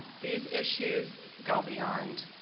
these issues go beyond